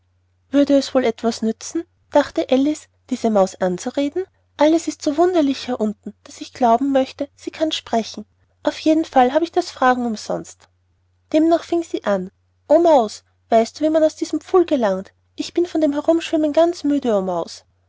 würde es wohl etwas nützen dachte alice diese maus anzureden alles ist so wunderlich hier unten daß ich glauben möchte sie kann sprechen auf jeden fall habe ich das fragen umsonst demnach fing sie an o maus weißt du wie man aus diesem pfuhle gelangt ich bin von dem herumschwimmen ganz müde o maus